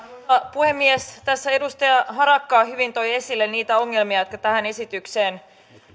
puhemies tässä edustaja harakka hyvin toi esille niitä ongelmia jotka tähän esitykseen